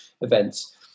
events